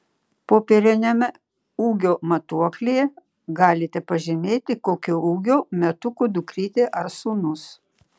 popieriniame ūgio matuoklyje galite pažymėti kokio ūgio metukų dukrytė ar sūnus